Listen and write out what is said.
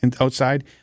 outside